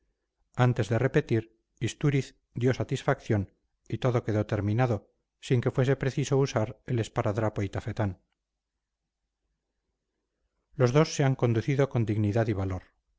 antes de repetir istúriz dio satisfacción y todo quedó terminado sin que fuese preciso usar el esparadrapo y tafetán los dos se han conducido con dignidad y valor